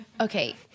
Okay